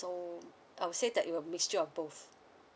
so I would say that it was mixture of both